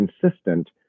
consistent